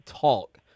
talk